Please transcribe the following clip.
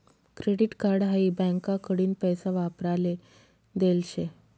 credit card हाई बँकाकडीन पैसा वापराले देल शे